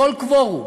בכל קוורום